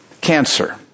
cancer